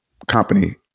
company